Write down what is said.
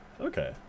Okay